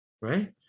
right